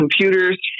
computers